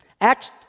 Acts